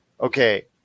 okay